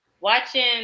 Watching